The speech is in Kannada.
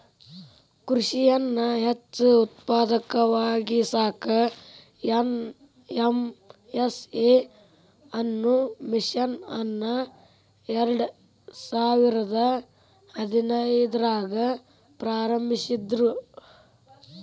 ಕೃಷಿಯನ್ನ ಹೆಚ್ಚ ಉತ್ಪಾದಕವಾಗಿಸಾಕ ಎನ್.ಎಂ.ಎಸ್.ಎ ಅನ್ನೋ ಮಿಷನ್ ಅನ್ನ ಎರ್ಡಸಾವಿರದ ಹದಿನೈದ್ರಾಗ ಪ್ರಾರಂಭಿಸಿದ್ರು